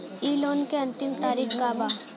इ लोन के अन्तिम तारीख का बा?